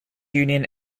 union